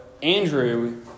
Andrew